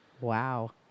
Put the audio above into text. Wow